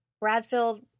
Bradfield